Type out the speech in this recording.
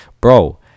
bro